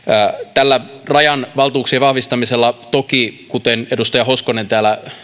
tällä rajan valtuuksien vahvistamisella toki kuten edustaja hoskonen täällä